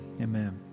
amen